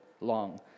long